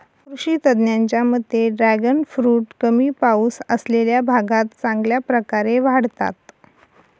कृषी तज्ज्ञांच्या मते ड्रॅगन फ्रूट कमी पाऊस असलेल्या भागात चांगल्या प्रकारे वाढतात